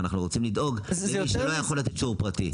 ואנחנו רוצים לדאוג למי שלא יכול לתת שיעור פרטי.